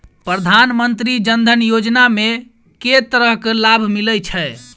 प्रधानमंत्री जनधन योजना मे केँ तरहक लाभ मिलय छै?